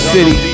City